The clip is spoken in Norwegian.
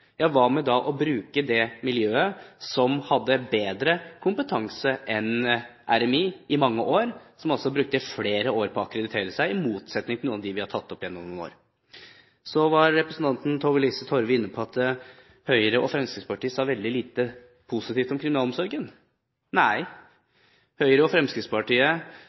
ja, hva med da å bruke det miljøet som har bedre kompetanse enn RMI, som brukte flere år på å akkreditere seg, i motsetning til noen av dem vi har foreslått gjennom mange år? Så var representanten Tove-Lise Torve inne på at Høyre og Fremskrittspartiet sa veldig lite positivt om kriminalomsorgen. Nei, Høyre og Fremskrittspartiet